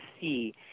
see